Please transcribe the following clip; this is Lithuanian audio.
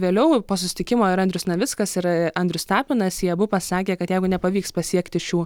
vėliau po susitikimo ir andrius navickas ir andrius tapinas jie abu pasakė kad jeigu nepavyks pasiekti šių